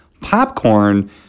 Popcorn